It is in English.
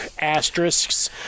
asterisks